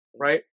right